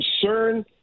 concern